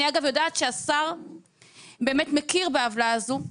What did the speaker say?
אגב, אני יודעת שהשר מכיר בעוולה הזו.